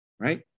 right